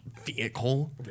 vehicle